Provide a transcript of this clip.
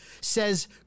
says